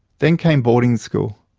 then came boarding school.